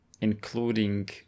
including